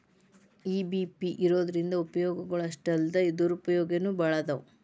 EBP ಇರೊದ್ರಿಂದಾ ಉಪಯೊಗಗಳು ಅಷ್ಟಾಲ್ದ ದುರುಪಯೊಗನೂ ಭಾಳದಾವ್